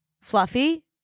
fluffy